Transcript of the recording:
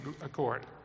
accord